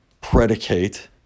predicate